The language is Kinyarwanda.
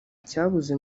icyabuze